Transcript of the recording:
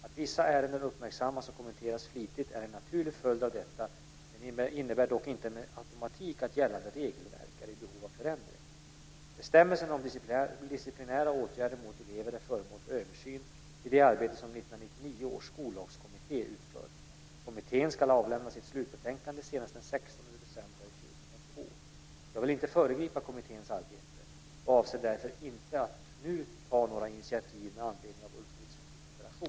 Att vissa ärenden uppmärksammats och kommenterats flitigt är en naturlig följd av detta men innebär dock inte med automatik att gällande regelverk är i behov av förändring. Bestämmelserna om disciplinära åtgärder mot elever är föremål för översyn i det arbete som 1999 års skollagskommitté utför. Kommittén ska avlämna sitt slutbetänkande senast den 16 december 2002. Jag vill inte föregripa kommitténs arbete och avser därför inte att nu ta några initiativ med anledning av Ulf